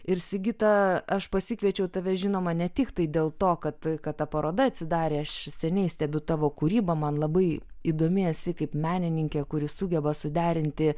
ir sigita aš pasikviečiau tave žinoma ne tiktai dėl to kad kad ta paroda atsidarė aš seniai stebiu tavo kūrybą man labai įdomi esi kaip menininkė kuri sugeba suderinti